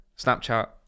Snapchat